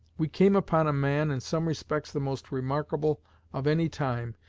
we came upon a man, in some respects the most remarkable of any time,